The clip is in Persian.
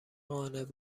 قانع